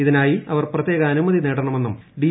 ഇതിനായി അവർ പ്രത്യേകാനുമതി നേടണമെന്നും ഡി